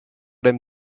dem